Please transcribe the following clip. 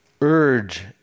urge